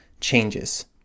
Changes